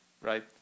right